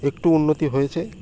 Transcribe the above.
একটু উন্নতি হয়েছে